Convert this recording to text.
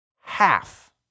Half